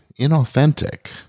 inauthentic